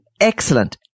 excellent